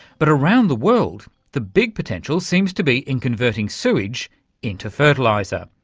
but around the world the big potential seems to be in converting sewage into fertiliser.